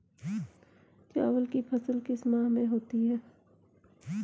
चावल की फसल किस माह में होती है?